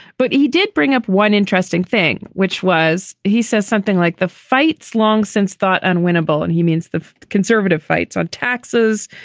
but he did bring up one interesting thing, which was he says something like the fights long since thought unwinnable. and he means the conservative fights on taxes.